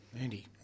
Andy